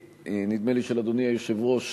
נדמה לי של אדוני היושב-ראש,